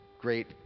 great